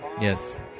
yes